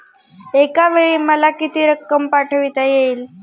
एकावेळी मला किती रक्कम पाठविता येईल?